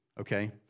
Okay